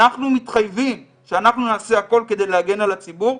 אנחנו מתחייבים שאנחנו נעשה הכול כדי להגן על הציבור,